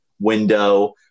window